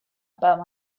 about